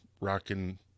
rocking